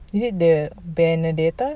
is it the ban benedetta